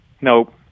Nope